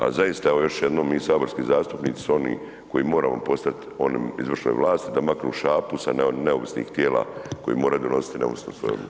A zaista, evo još jednom mi saborski zastupnici su oni koji moramo postavi onim izvršnoj vlasti da maknu šapu sa neovisnih tijela koje moraju donositi neovisno o svemu.